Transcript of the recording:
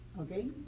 okay